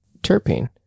terpene